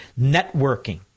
networking